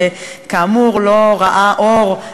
שכאמור לא ראה אור,